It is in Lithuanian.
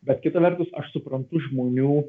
bet kita vertus aš suprantu žmonių